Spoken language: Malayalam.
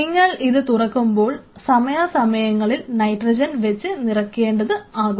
നിങ്ങൾ ഇത് തുറക്കുമ്പോൾ സമയാസമയങ്ങളിൽ നൈട്രജൻ വെച്ച് നിറയ്ക്കേണ്ടത് ആകുന്നു